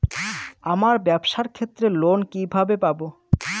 আমার ব্যবসার ক্ষেত্রে লোন কিভাবে পাব?